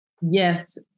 Yes